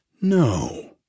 No